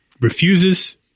refuses